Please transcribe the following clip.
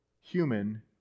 human